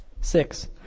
six